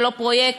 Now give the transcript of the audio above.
ולא פרויקט,